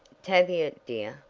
tavia, dear,